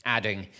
Adding